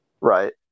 Right